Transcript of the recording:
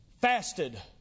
Fasted